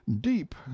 deep